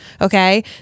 Okay